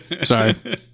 Sorry